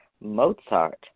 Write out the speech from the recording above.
Mozart